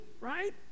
Right